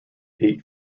eight